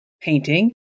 painting